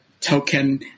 token